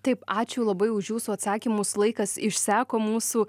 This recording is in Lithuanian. taip ačiū labai už jūsų atsakymus laikas išseko mūsų